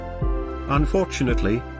Unfortunately